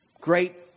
great